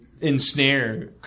ensnare